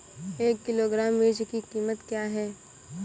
एक किलोग्राम मिर्च की कीमत क्या है?